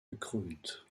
bekrönt